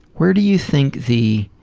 where do you think the